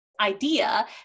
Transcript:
Idea